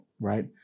right